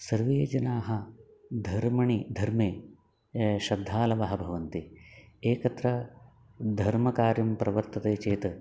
सर्वे जनाः धर्मणि धर्मे श्रद्धालवः भवन्ति एकत्र धर्मकार्यं प्रवर्तते चेत्